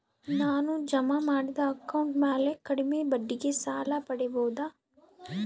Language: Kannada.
ನಾನು ಜಮಾ ಮಾಡಿದ ಅಕೌಂಟ್ ಮ್ಯಾಲೆ ಕಡಿಮೆ ಬಡ್ಡಿಗೆ ಸಾಲ ಪಡೇಬೋದಾ?